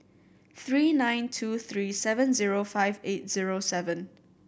three nine two three seven zero five eight zero seven